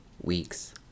weeks